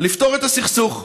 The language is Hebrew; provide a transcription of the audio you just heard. לפתור את הסכסוך.